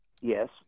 yes